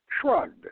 Shrugged